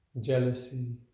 jealousy